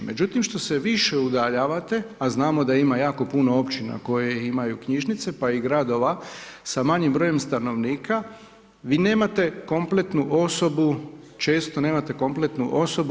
Međutim što se više udaljavate a znamo da ima jako puno općina koje imaju knjižnice pa i gradova sa manjim brojem stanovnika, vi nemate kompletnu osobu, često nemate kompletnu osobu.